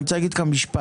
אני רוצה להגיד כאן משפט.